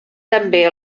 també